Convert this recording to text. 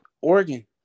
Oregon